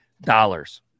dollars